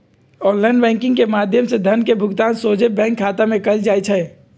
online banking के माध्यम से धन के भुगतान सोझे बैंक खता में कएल जाइ छइ